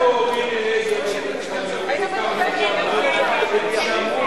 איפה מירי רגב, שאמרו